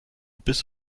bis